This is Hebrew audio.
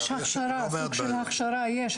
סוג של הכשרה יש.